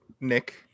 nick